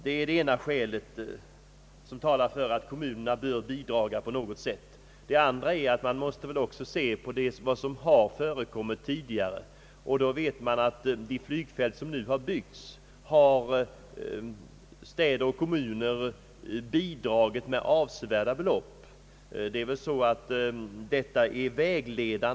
Det talar för att kommunerna på något sätt bör bidraga. Den andra faktorn är vad som redan har förekommit — vi vet att städer och kommuner bidragit med avsevärda belopp till de flygfält som är byggda.